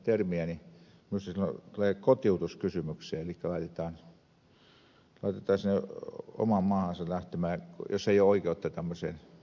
minusta silloin tulee kotiutus kysymykseen elikkä laitetaan sinne omaan maahansa lähtemään jos ei ole oikeutta tämmöiseen statukseen